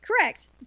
Correct